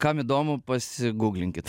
kam įdomu pasiguglinkit